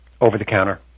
over-the-counter